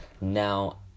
Now